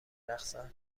رقصن